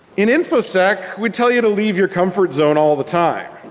in infosec we tell you to leave your comfort zone all the time.